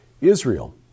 Israel